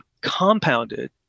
compounded